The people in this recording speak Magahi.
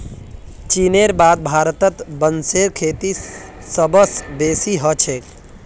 चीनेर बाद भारतत बांसेर खेती सबस बेसी ह छेक